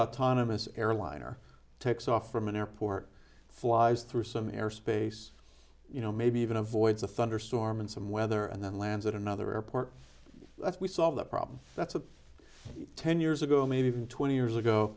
autonomous airliner takes off from an airport flies through some airspace you know maybe even avoids a thunderstorm in some weather and then lands at another airport if we solve the problem that's a ten years ago maybe even twenty years ago